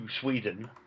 Sweden